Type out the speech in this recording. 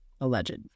alleged